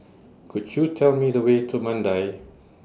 Could YOU Tell Me The Way to Mandai